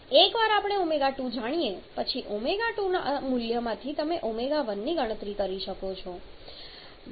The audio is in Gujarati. એકવાર આપણે ω2 જાણીએ પછી ω2 ના આ મૂલ્યમાંથી તમે ω1 ની ગણતરી કરી શકો છો